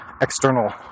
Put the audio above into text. external